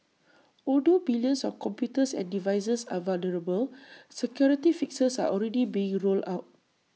although billions of computers and devices are vulnerable security fixes are already being rolled out